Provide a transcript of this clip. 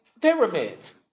pyramids